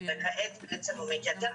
וכעת בעצם הוא מתייתר,